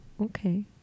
Okay